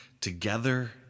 together